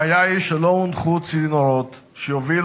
הבעיה היא שלא הונחו צינורות שיובילו